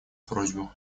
просьбу